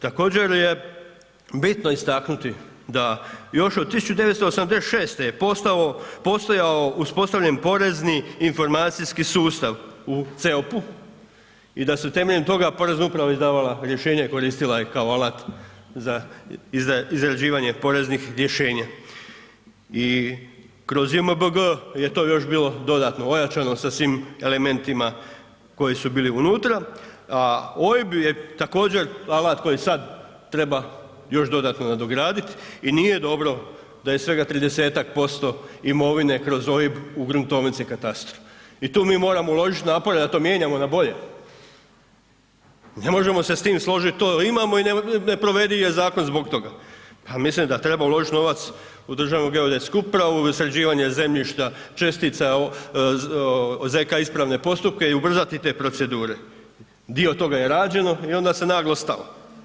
Također je bitno istaknuti da još od 1986. je postojao uspostavljeni porezni informacijski sustav u CEOP-u i da su temeljem toga porezna uprava izdavala rješenja i koristila je kao alat za izrađivanje poreznih rješenja i kroz JMBG je to još bilo dodatno ojačano sa svim elementima koji su bili unutra, a OIB je također alat koji sad treba još dodatno nadogradit i nije dobro da je svega 30-tak% imovine kroz OIB u gruntovnici i katastru i tu mi moramo uložit napore da to mijenjamo na bolje, ne možemo se s tim složit, to imamo i ne provediv je zakon zbog toga, pa mislim da treba uložit novac u Državnu geodetsku upravu i u sređivanje zemljišta, čestica zk. ispravne postupke i ubrzati te procedure, dio toga je rađeno i onda se naglo stalo.